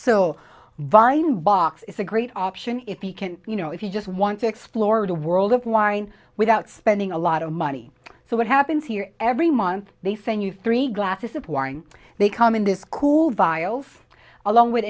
vine box is a great option if you can you know if you just want to explore the world of wine without spending a lot of money so what happens here every month they send you three glasses of wine they come in to school vials along with